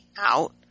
out